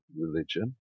religion